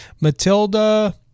Matilda